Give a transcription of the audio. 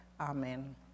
amen